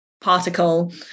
particle